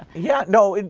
yeah, no,